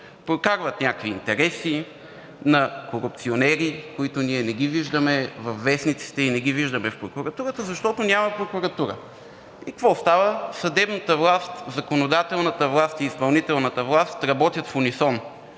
прокарват някакви интереси на корупционери, които ние не виждаме във вестниците и в прокуратурата, защото няма прокуратура. И какво става? Съдебната власт, законодателната власт и изпълнителната власт работят в унисон,